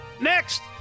next